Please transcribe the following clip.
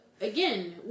Again